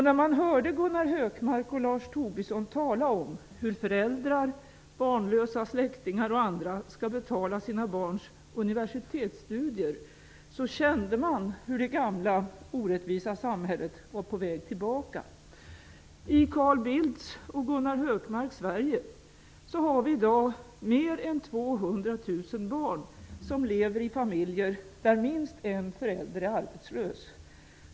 När man hörde Gunnar Hökmark och Lars Tobisson tala om hur föräldrar, barnlösa släktingar och andra skall betala sina barns universitetsstudier kände man hur det gamla orättvisa samhället var på väg tillbaka. I Carl Bildts och Gunnar Hökmarks Sverige finns det i dag mer än 200 000 barn som lever i familjer där minst en förälder är arbetslös.